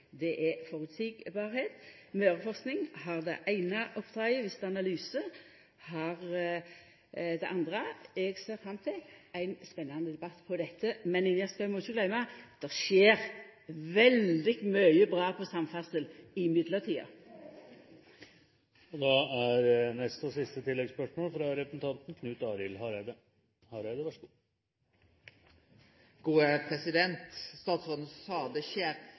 Møreforsking har det eine oppdraget, Vista Analyse har det andre. Eg ser fram til ein spennande debatt om dette. Men Ingjerd Schou må ikkje gløyma at det skjer veldig mykje bra på samferdsel i